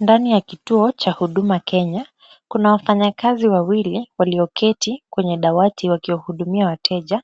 Ndani ya kituo cha Huduma Kenya, kuna wafanyakazi wawili walioketi kwenye dawati wakiwahudumia wateja